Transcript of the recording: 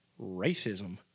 Racism